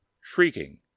shrieking